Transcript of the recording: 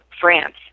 France